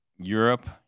Europe